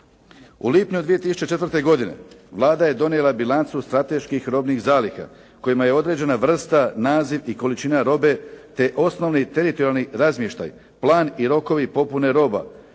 U lipnju 2004. godine, Vlada je donijela bilancu strateških robnih zaliha, kojima je određena vrsta, naziv i količina robe, te osnovni i teritorijalni razmještaj, plan i rokovi popune roba,